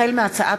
החל בהצעת